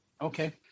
Okay